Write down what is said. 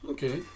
Okay